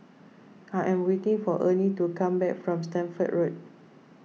I am waiting for Ernie to come back from Stamford Road